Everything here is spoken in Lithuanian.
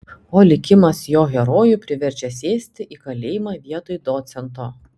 o likimas jo herojų priverčia sėsti į kalėjimą vietoj docento